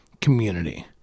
community